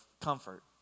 comfort